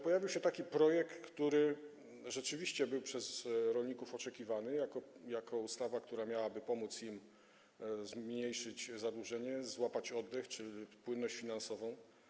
Pojawił się więc taki projekt, który rzeczywiście był przez rolników oczekiwany jako ustawa, która miałaby pomóc im zmniejszyć zadłużenie, złapać oddech czy płynność finansową.